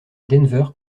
denver